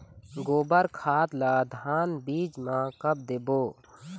गोबर खाद ला धान बीज म कब देबो?